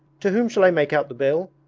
to whom shall i make out the bill?